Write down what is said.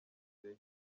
iyi